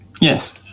Yes